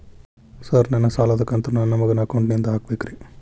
Sir ನನ್ನ ಸಾಲದ ಕಂತನ್ನು ನನ್ನ ಮಗನ ಅಕೌಂಟ್ ನಿಂದ ಹಾಕಬೇಕ್ರಿ?